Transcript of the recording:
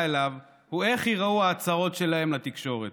אליו הוא איך ייראו ההצהרות שלהם לתקשורת.